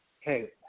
Hey